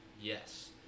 Yes